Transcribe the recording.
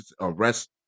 arrest